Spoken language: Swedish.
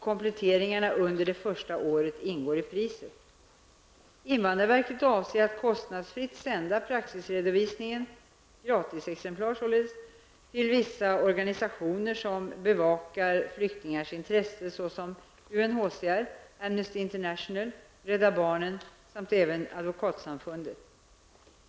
Kompletteringarna under det första året ingår i priset. Invandrarverket avser att kostnadsfritt sända praxisredovisningen, således gratisexemplar, till vissa organisationer som bevakar flyktingars intressen, såsom UNHCR, Amnesty International och Rädda barnen samt även Advokatsamfundet.